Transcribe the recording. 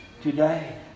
today